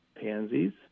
pansies